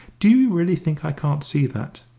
do you really think i can't see that?